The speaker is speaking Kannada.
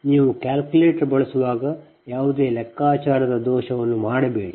ನೀವು ನೀವು ಕ್ಯಾಲ್ಕುಲೇಟರ್ ಬಳಸುವಾಗ ಯಾವುದೇ ಲೆಕ್ಕಾಚಾರದ ದೋಷವನ್ನು ಮಾಡಬೇಡಿ